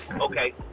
okay